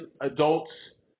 adults